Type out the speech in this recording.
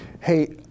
Hey